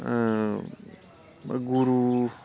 ओमफाय गुरु